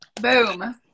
boom